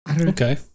Okay